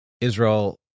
Israel